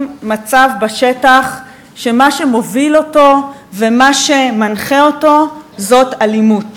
מצב בשטח שמה שמוביל אותו ומה שמנחה אותו זה אלימות,